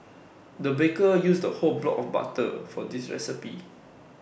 the baker used the whole block of butter for this recipe